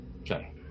okay